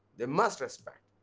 they must respect,